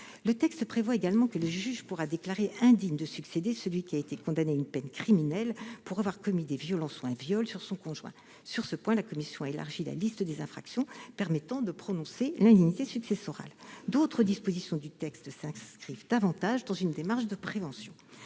Le texte prévoit également que le juge pourra déclarer indigne de succéder celui qui a été condamné à une peine criminelle pour avoir commis des violences ou un viol sur son conjoint. Sur ce point, la commission a élargi la liste des infractions permettant de prononcer l'indignité successorale. D'autres dispositions du texte s'inscrivent davantage dans une démarche de prévention.